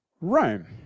Rome